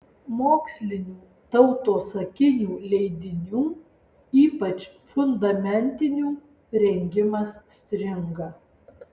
mokslinių tautosakinių leidinių ypač fundamentinių rengimas stringa